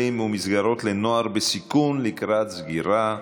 ומסגרות לנוער בסיכון לקראת סגירה,